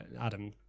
Adam